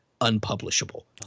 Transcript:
unpublishable